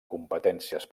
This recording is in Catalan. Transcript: competències